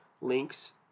links